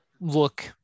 look